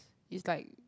is like